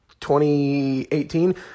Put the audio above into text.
2018